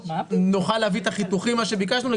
נוכל להביא את החיתוכים כפי שביקשתם,